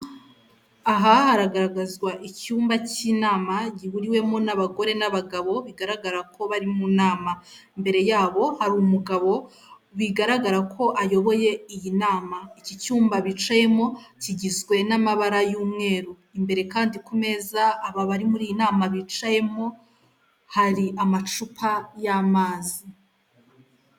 Aha haragaragazwa icyumba cy'inama gihuriwemo n'abagore n'abagabo bigaragara ko bari mu nama, imbere yabo hari umugabo bigaragara ko ayoboye iyi nama. Iki cyumba bicayemo kigizwe n'amabara y'umweru imbere kandi ku meza aba bari muri iyi nama bicayemo hari amacupa y'amazi.